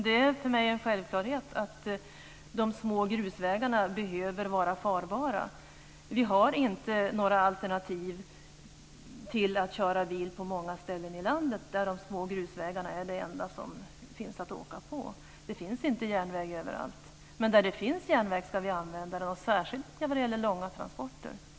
Det är för mig en självklarhet att de små grusvägarna behöver vara farbara. Vi har inte några alternativ till att köra bil på många ställen i landet, där de små grusvägarna är det enda som finns att åka på. Det finns inte järnväg överallt, men där det finns ska vi använda dem och särskilt när det gäller långa transporter.